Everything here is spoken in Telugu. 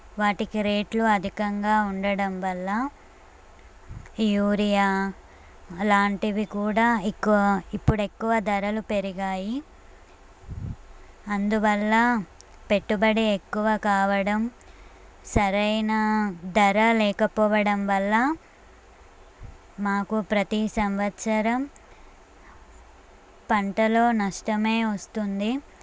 వాటికి రేట్లు అధికంగా ఉండడం వల్ల యూరియా అలాంటివి కూడా ఎక్కువ ఇప్పుడు ఎక్కువ ధరలు పెరిగాయి అందువల్ల పెట్టుబడి ఎక్కువ కావడం సరైన ధర లేకపోవడం వల్ల మాకు ప్రతీ సంవత్సరం పంటలో నష్టమే వస్తుంది